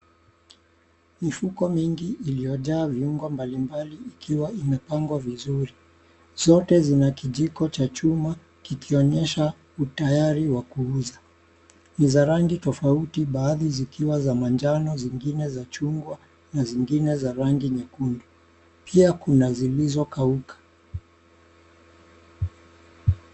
Mifuko mingi iliyojaa viungo mbali mbali ikiwa imepangwa vizuri. Zote zina kijiko cha chuma kikionyesha utayari wa kuuza. Ni za rangi tofauti baadhi zikiwa za manjano, zingine za chungwa na zingine za rangi nyekundu. Pia kuna zilizokauka.